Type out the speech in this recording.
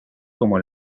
como